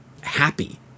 happy